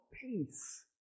peace